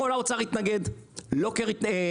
לדעתי אנחנו לא יכולים לעשות את זה, נכון?